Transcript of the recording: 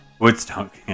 Woodstock